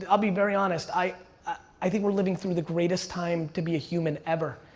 ah i'll be very honest, i i think we're living through the greatest time to be a human ever,